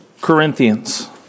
Corinthians